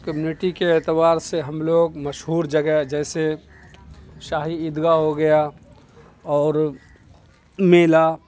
community کے اعتبار سے ہم لوگ مشہور جگہ جیسے شاہی عیدگاہ ہو گیا اور میلہ